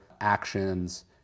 actions